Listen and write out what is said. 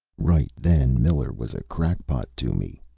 right then, miller was a crackpot to me,